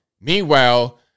Meanwhile